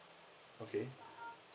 okay